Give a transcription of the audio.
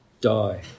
die